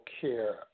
care